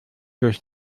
durch